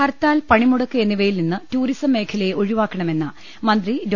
ഹർത്താൽ പണിമുടക്ക് എന്നിവയിൽനിന്ന് ടൂറിസം മേഖലയെ ഒഴിവാക്കണമെന്ന് മന്ത്രി ഡോ